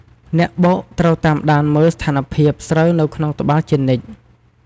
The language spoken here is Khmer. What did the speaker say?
អ្នកបុកត្រូវតាមដានមើលស្ថានភាពស្រូវនៅក្នុងត្បាល់ជានិច្ច។